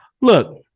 Look